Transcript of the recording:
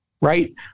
right